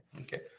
okay